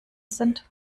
sind